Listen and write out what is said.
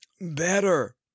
better